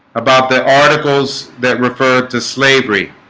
about the articles that refer to slavery